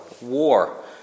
War